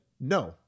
no